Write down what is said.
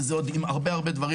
וזה בנוסף להמון דברים.